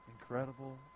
incredible